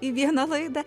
į vieną laidą